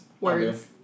Words